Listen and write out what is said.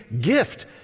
gift